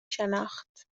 شناخت